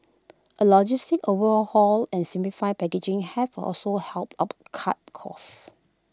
A logistics over overhaul and simplified packaging have also helped up cut costs